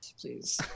please